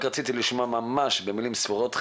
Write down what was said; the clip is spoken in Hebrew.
רק רציתי לשמוע ממש במילים ספורות על